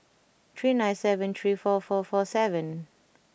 three nine seven three four four four seven